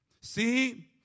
See